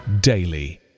daily